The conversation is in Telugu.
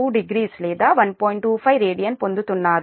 25 రేడియన్ పొందుతున్నారు